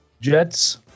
Jets